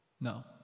No